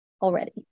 already